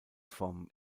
vom